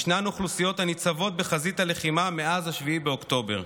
ישנן אוכלוסיות שניצבות בחזית הלחימה מאז 7 באוקטובר.